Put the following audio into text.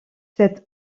cet